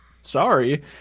sorry